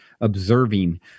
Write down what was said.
observing